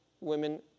women